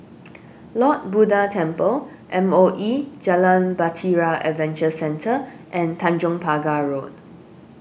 Lord Buddha Temple M O E Jalan Bahtera Adventure Centre and Tanjong Pagar Road